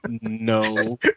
No